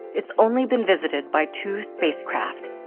it's only been visited by two spacecraft,